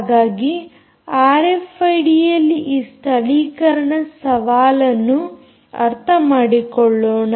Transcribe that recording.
ಹಾಗಾಗಿ ಆರ್ಎಫ್ಐಡಿಯಲ್ಲಿ ಈ ಸ್ಥಳೀಕರಣ ಸವಾಲನ್ನು ಅರ್ಥ ಮಾಡಿಕೊಳ್ಳೋಣ